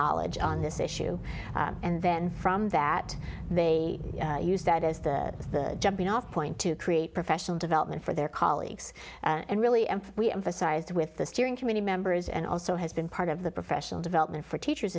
knowledge on this issue and then from that they use that as the jumping off point to create professional development for their colleagues and really and we emphasized with the steering committee members and also has been part of the professional development for teachers